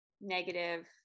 negative